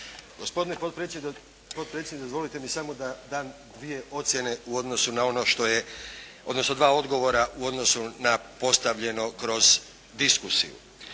Gospodine potpredsjedniče, dozvolite mi samo da dam dvije ocjene odnosno dva odgovara u odnosu na postavljeno kroz diskusiju.